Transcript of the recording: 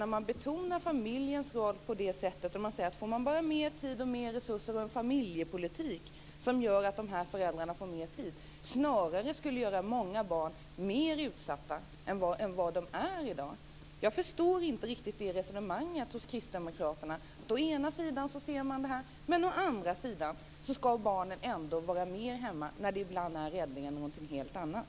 När man betonar familjens roll på det här sättet och säger att det bara handlar om mer tid och resurser och om en familjepolitik som gör att föräldrarna får mer tid är risken att många barn blir mer utsatta än vad de är i dag. Jag förstår inte riktigt det resonemanget hos kristdemokraterna. Å ena sidan ser man det här, men å andra sidan skall barnen ändå vara hemma mer. Ibland är räddningen någonting helt annat.